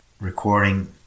recording